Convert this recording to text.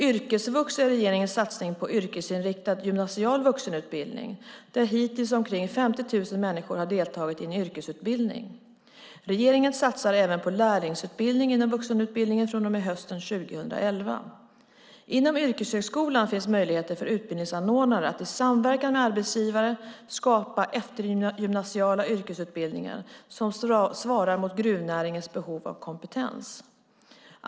Yrkesvux är regeringens satsning på yrkesinriktad gymnasial vuxenutbildning där hittills omkring 50 000 människor har deltagit i en yrkesutbildning. Regeringen satsar även på lärlingsutbildning inom vuxenutbildningen från och med hösten 2011. Inom yrkeshögskolan finns möjligheter för utbildningsanordnare att i samverkan med arbetsgivare skapa eftergymnasiala yrkesutbildningar som svarar mot gruvnäringens behov av kompetens.